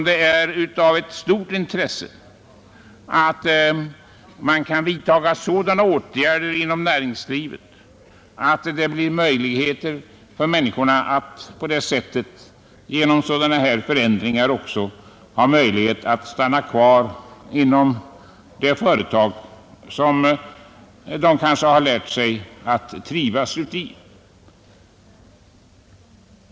Det är därför av stort intresse att man inom näringslivet kan vidta sådana åtgärder att människorna får möjlighet att stanna kvar inom det företag som de kanske har lärt sig trivas i.